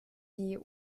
die